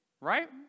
Right